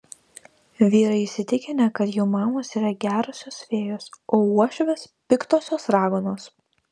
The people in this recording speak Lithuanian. vyrai įsitikinę kad jų mamos yra gerosios fėjos o uošvės piktosios raganos